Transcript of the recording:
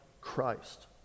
Christ